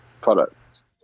products